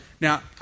Now